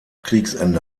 kriegsende